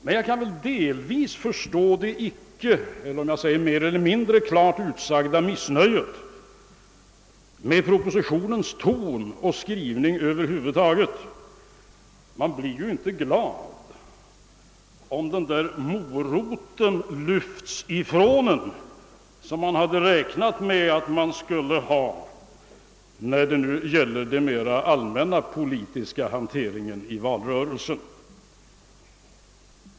Men jag kan väl delvis förstå det icke eller endast i viss mån uttalade missnöjet med propositionens ton och skrivning över huvud taget. Man blir ju inte glad när man fråntas den morot som man räknade med att kunna använda i den mer allmänna hanteringen 1 valrörelsen.